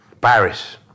Paris